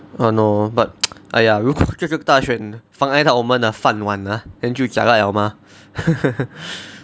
!hannor! but !aiya! 如果这大选妨碍到我们的饭碗 ah then 就 jialat 了吗